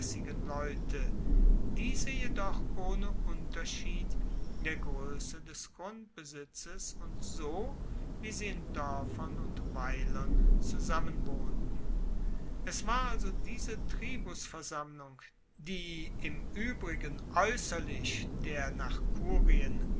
leute diese jedoch ohne unterschied der groesse des grundbesitzes und so wie sie in doerfern und weilern zusammen wohnten es war also diese tribusversammlung die im uebrigen aeusserlich der nach kurien